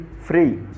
free